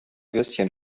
würstchen